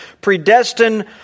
predestined